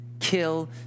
Kill